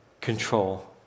control